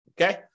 okay